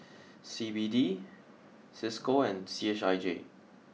C B D Cisco and C H I J